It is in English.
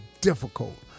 difficult